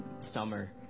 summer